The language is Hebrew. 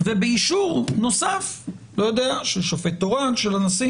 ובאישור נוסף של שופט תורן, של הנשיא